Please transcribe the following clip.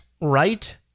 right